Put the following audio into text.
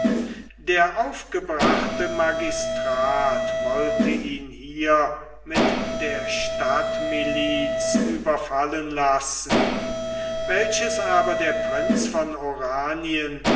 der aufgebrachte magistrat wollte ihn hier mit der stadtmiliz überfallen lassen welches aber der prinz von oranien